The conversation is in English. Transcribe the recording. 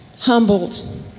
humbled